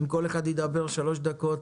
אם כל אחד ידבר שלוש דקות